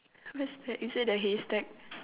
what's that is it a hay stack